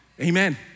Amen